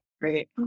Great